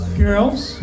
girls